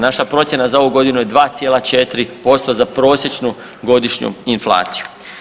Naša procjena za ovu godinu je 2,4% za prosječnu godišnju inflaciju.